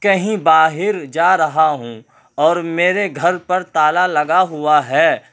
کہیں باہر جا رہا ہوں اور میرے گھر پر تالا لگا ہوا ہے